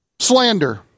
Slander